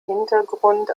hintergrund